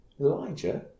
Elijah